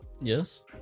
yes